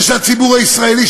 ושהציבור הישראלי,